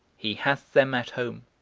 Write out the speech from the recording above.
he hath them at home,